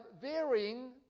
varying